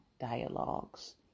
Dialogues